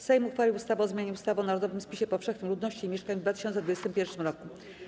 Sejm uchwalił ustawę o zmianie ustawy o narodowym spisie powszechnym ludności i mieszkań w 2021 r.